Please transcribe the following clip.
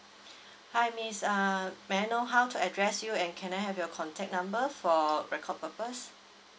hi ms um may I know how to address you and can I have your contact number for record purpose